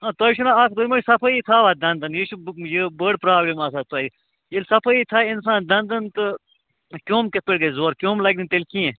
آ تۅہہِ چھُنا اَکھ تُہۍ ما چھِو صفٲیی تھاوان دنٛدن یہِ چھُ یہِ بٔڈۍ پرٛابلِم آسان تۅہہِ ییٚلہِ صفٲیی تھایہِ اِنسان دنٛدن تہٕ کیٛوٚم کِتھٕ پٲٹھۍ گژھِ زور کیٛوٚم لگہِ نہٕ تیٚلہِ کیٚنٛہہ